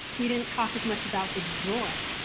we didn't talk as much about the joy.